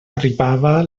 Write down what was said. arribava